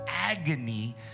agony